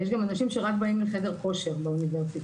אגב, יש גם אנשים שרק באים לחדר כושר באוניברסיטה.